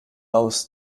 aus